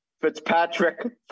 Fitzpatrick